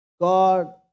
God